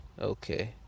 Okay